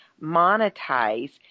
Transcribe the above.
monetize